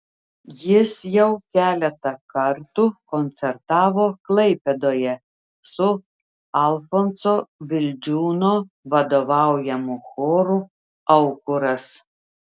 jis jau keletą kartų koncertavo klaipėdoje su alfonso vildžiūno vadovaujamu choru aukuras